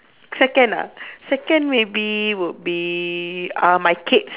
second ah second maybe would be uh my kids